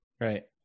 Right